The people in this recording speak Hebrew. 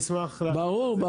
ברור.